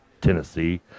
Tennessee